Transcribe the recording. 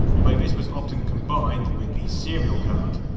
although this was often combined with the serial card.